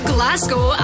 Glasgow